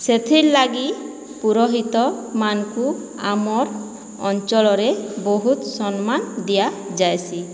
ସେଥିର୍ଲାଗି ପୁରୋହିତମାନ୍ଙ୍କୁ ଆମର୍ ଅଞ୍ଚଳରେ ବହୁତ ସମ୍ମାନ ଦିଆ ଯାଏସି